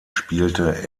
spielte